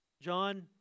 John